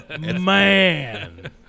man